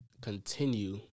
continue